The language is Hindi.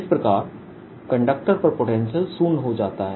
इस प्रकार कंडक्टर पर पोटेंशियल शून्य हो जाता है